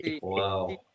wow